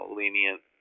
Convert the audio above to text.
lenient